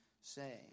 say